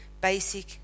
basic